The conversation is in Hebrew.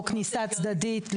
--- או כניסה צדדית.